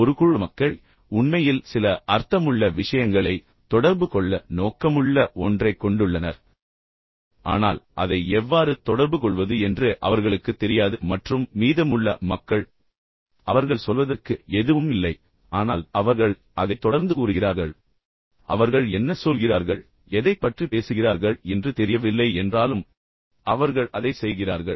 ஒரு குழு மக்கள் உண்மையில் சில அர்த்தமுள்ள விஷயங்களை தொடர்பு கொள்ள நோக்கமுள்ள ஒன்றைக் கொண்டுள்ளனர் ஆனால் அதை எவ்வாறு தொடர்புகொள்வது என்று அவர்களுக்குத் தெரியாது மற்றும் மீதமுள்ள மக்கள் அவர்கள் சொல்வதற்கு எதுவும் இல்லை அவர்களுக்கு எந்த யோசனையும் இல்லை ஆனால் அவர்கள் அதை தொடர்ந்து கூறுகிறார்கள் அதை எப்படிச் சொல்வது என்று அவர்களுக்குத் தெரியும் அவர்கள் என்ன சொல்கிறார்கள் எதைப் பற்றி பேசுகிறார்கள் என்று அவர்களுக்குத் தெரியவில்லை என்றாலும் அவர்கள் அதைச் செய்கிறார்கள்